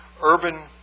urban